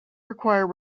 require